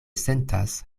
sentas